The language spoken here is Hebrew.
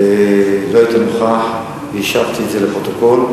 לא היית נוכח והשבתי עליה לפרוטוקול,